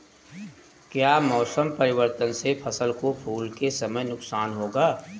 क्या मौसम परिवर्तन से फसल को फूल के समय नुकसान होगा?